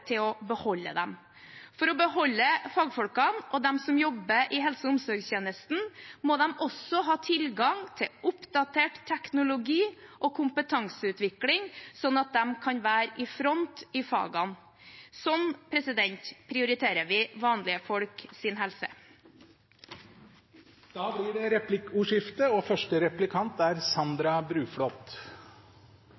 For å beholde fagfolkene må de som jobber i helse- og omsorgstjenesten, også ha tilgang til oppdatert teknologi og kompetanseutvikling, slik at de kan være i front i fagene. Slik prioriterer vi vanlige folks helse. Det blir replikkordskifte. Først vil jeg gratulere statsråden med ny jobb. Da Bent Høie ble helse- og